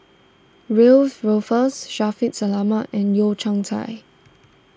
Wiebe Wolters Shaffiq Selamat and Yeo Kian Chai